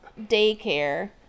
daycare